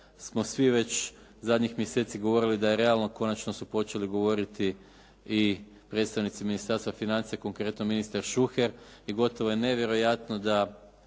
svi već zadnjih mjeseci govorili da je realno konačno su počeli govoriti i predstavnici Ministarstva financija konkretno ministar Šuker i gotovo je nevjerojatno da